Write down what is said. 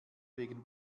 wegen